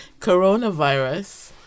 coronavirus